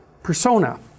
persona